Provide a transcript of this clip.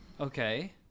Okay